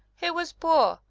he was poor,